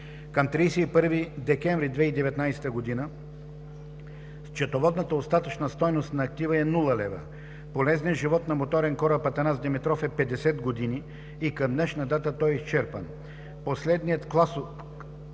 Към 31 декември 2019 г. счетоводната остатъчна стойност на актива е нула лева. Полезният „живот“ на моторен кораб „Атанас Димитров“ е 50 години и към днешна дата той е изчерпан. Последният класов